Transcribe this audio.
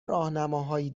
راهنماهایی